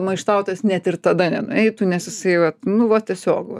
maištautojas net ir tada nenueitų nes jisai vat nu va tiesiog va